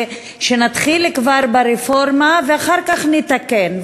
שנתחיל כבר ברפורמה ואחר כך נתקן,